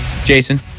Jason